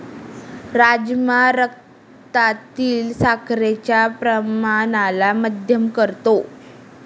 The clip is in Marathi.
राजमा रक्तातील साखरेच्या प्रमाणाला मध्यम करतो